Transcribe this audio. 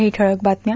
काही ठळक बातम्या